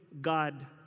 God